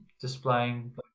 displaying